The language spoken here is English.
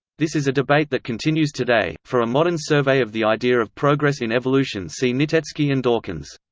this is a debate that continues today for a modern survey of the idea of progress in evolution see nitecki and dawkins.